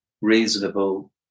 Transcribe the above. reasonable